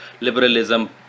liberalism